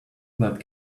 that